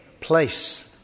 place